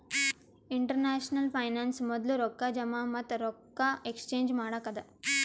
international finance ಮೊದ್ಲು ರೊಕ್ಕಾ ಜಮಾ ಮತ್ತ ರೊಕ್ಕಾ ಎಕ್ಸ್ಚೇಂಜ್ ಮಾಡಕ್ಕ ಅದಾ